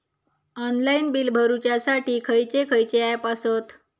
Online bill भरुच्यासाठी खयचे खयचे ऍप आसत?